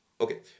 okay